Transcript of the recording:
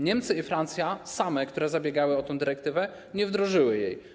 Niemcy i Francja, które same zabiegały o tę dyrektywę, nie wdrożyły jej.